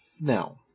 now